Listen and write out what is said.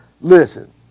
listen